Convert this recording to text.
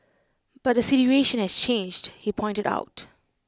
but the situation has changed he pointed out